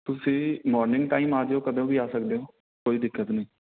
ਤੁਸੀਂ morning time ਆ ਜਾਇਓ ਕਦੋਂ ਵੀ ਆ ਸਕਦੇ ਹੋ ਕੋਈ ਦਿੱਕਤ ਨਹੀਂ